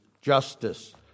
justice